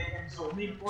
זורמים כל הזמן.